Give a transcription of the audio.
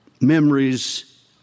memories